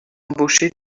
embauché